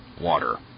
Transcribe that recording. water